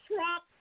Trump